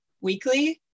weekly